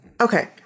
Okay